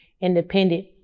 independent